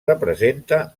representa